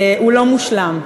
הוא לא מושלם.